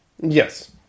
Yes